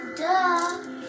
duh